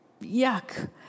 yuck